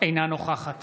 אינה נוכחת